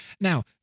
Now